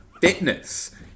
fitness